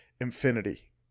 infinity